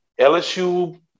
LSU